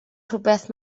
rhywbeth